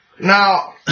Now